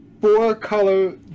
four-color